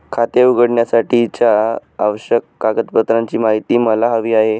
खाते उघडण्यासाठीच्या आवश्यक कागदपत्रांची माहिती मला हवी आहे